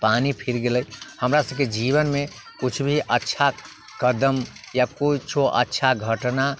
पानि फिर गेलै हमरा सबके जीवनमे कुछ भी अच्छा कदम या कुछो अच्छा घटना